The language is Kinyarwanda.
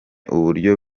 uburyo